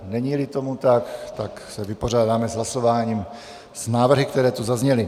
Neníli tomu tak, tak se vypořádáme hlasováním s návrhy, které tu zazněly.